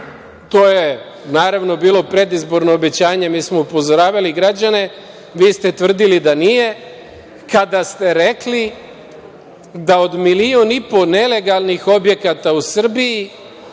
to je naravno bilo predizborno obećanje, mi smo upozoravali građane, vi ste tvrdili da nije, kada ste rekli da od milion i po nelegalnih objekata u Srbiji